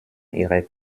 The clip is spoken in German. ihrer